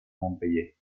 montpeller